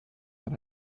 that